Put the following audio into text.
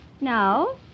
No